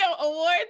awards